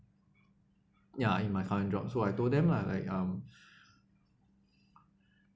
ya in my current job so I told them lah like um